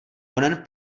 onen